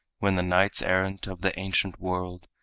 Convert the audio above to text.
when the knights-errant of the ancient world,